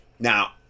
Now